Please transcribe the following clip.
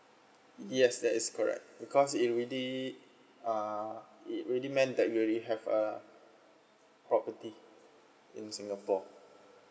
yes that is correct because it really uh it really meant that really have err property in singapore